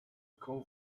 call